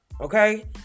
Okay